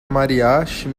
mariachi